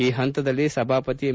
ಈ ಹಂತದಲ್ಲಿ ಸಭಾಪತಿ ಎಂ